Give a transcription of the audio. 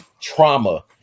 trauma